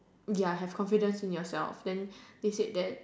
ya have confidence in yourself then they said that